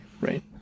Right